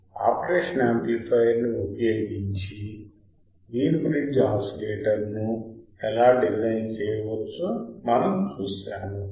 operational amplifier ని ఉపయోగించి Wien bridge ఆసిలేటర్ను ఎలా డిజైన్ చేయవచ్చో మనం చూశాము